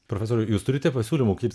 profesoriau jūs turite pasiūlymų kaip